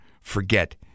forget